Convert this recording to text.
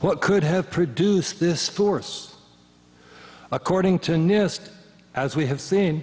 what could have produced this horse according to nist as we have seen